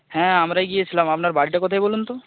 হ্যাঁ আমরাই গিয়েছিলাম আপনার বাড়িটা কোথায় বলুন তো